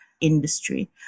industry